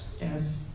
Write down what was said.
Yes